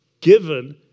given